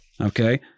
Okay